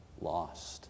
lost